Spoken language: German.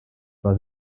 war